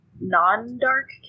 non-dark